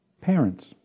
Parents